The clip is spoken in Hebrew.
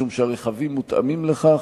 משום שהרכבים מותאמים לכך.